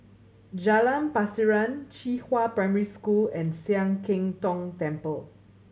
Jalan Pasiran Qihua Primary School and Sian Keng Tong Temple